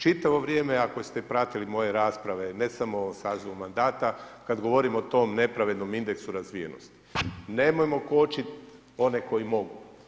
Čitavo vrijeme ako ste pratili moje rasprave ne samo u sazivu mandata kada govorim o tom nepravednom indeksu razvijenosti, nemojmo kočiti one koji mogu.